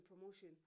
promotion